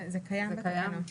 זה קיים בתקנות.